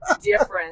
different